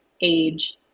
age